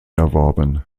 erworben